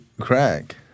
crack